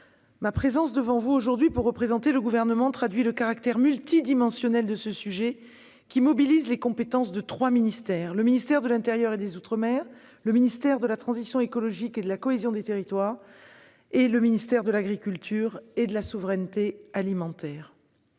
Ma présence devant vous aujourd'hui pour représenter le Gouvernement traduit le caractère multidimensionnel de ce sujet qui mobilise les compétences de trois ministères : le ministère de l'intérieur et des outre-mer, le ministère de la transition écologique et de la cohésion des territoires et le ministère de l'agriculture et de la souveraineté alimentaire.